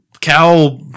cow